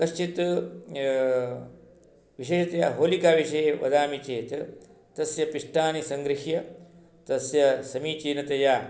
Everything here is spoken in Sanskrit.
कश्चित् विशेषतया होलिकाविषये वदामि चेत् तस्य पिष्टानि सङ्गृह्य तस्य समीचीनतया